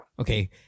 okay